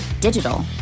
digital